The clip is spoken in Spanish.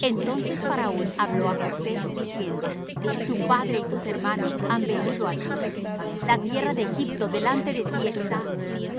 entonces faraón habló á josé diciendo tu padre y tus hermanos han venido á ti la tierra de egipto delante de ti está